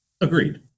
Agreed